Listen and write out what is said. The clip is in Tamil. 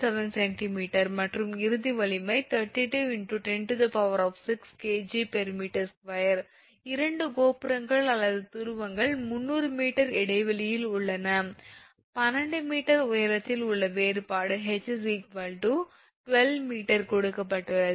7 𝑐𝑚 மற்றும் இறுதி வலிமை 32 × 106𝐾𝑔𝑚2 2 கோபுரங்கள் அல்லது துருவங்கள் 300 𝑚 இடைவெளியில் உள்ளன 12 m உயரத்தில் உள்ள வேறுபாடு ℎ 12 𝑚 கொடுக்கப்பட்டுள்ளது